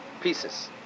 pieces